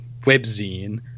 webzine